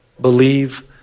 believe